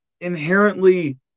inherently